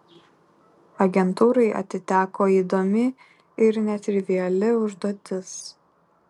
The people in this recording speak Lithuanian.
agentūrai atiteko įdomi ir netriviali užduotis